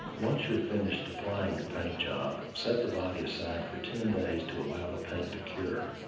once you're finished applying your paint job, set the body aside for ten days to allow the paint to cure.